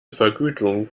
vergütung